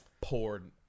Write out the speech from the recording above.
poured